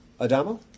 Adamo